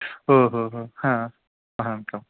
ओ हो हो ह अहं न अनन्तरम्